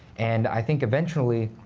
and i think eventually,